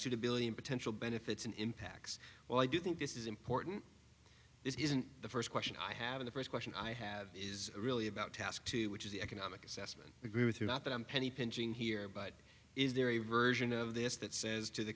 the billion potential benefits and impacts well i do think this is important this isn't the first question i have the first question i have is really about task two which is the economic assessment agree with you not that i'm penny pinching here but is there a version of this that says to the